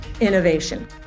innovation